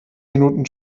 minuten